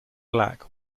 black